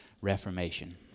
Reformation